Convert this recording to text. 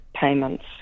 payments